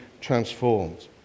transformed